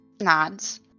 Nods